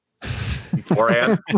beforehand